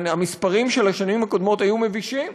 המספרים של השנים הקודמות היו מבישים: